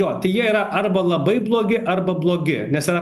jo tai jie yra arba labai blogi arba blogi nes yra